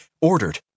ordered